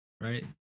Right